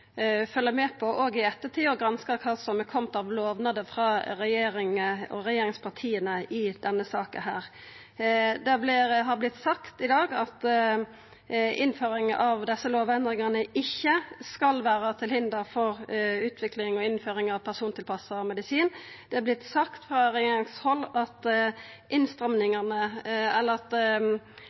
med på, òg i ettertid, for å granska kva som er kome av lovnader frå regjeringa og regjeringspartia i denne saka. Det har vorte sagt i dag at innføring av desse lovendringane ikkje skal vera til hinder for utvikling og innføring av persontilpassa medisin. Det har vorte sagt frå regjeringshald at